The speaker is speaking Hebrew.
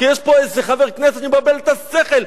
כי יש פה איזה חבר כנסת שמבלבל את השכל,